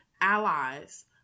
allies